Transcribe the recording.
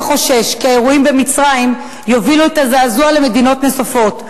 וחושש כי האירועים במצרים יובילו את הזעזוע למדינות נוספות,